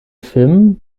film